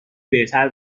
بهتر